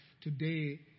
today